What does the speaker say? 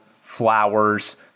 flowers